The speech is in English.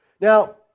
Now